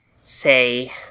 say